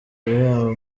ibihembo